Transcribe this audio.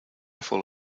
fall